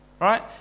Right